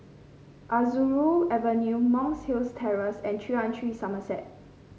Aroozoo Avenue Monk's Hill Terrace and three one three Somerset